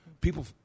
people